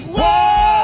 whoa